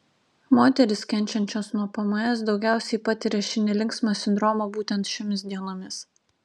moterys kenčiančios nuo pms daugiausiai patiria šį nelinksmą sindromą būtent šiomis dienomis